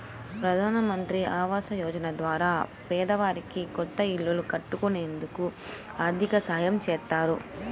ప్రధానమంత్రి ఆవాస యోజన ద్వారా పేదవారికి కొత్త ఇల్లు కట్టుకునేందుకు ఆర్దికంగా సాయం చేత్తారు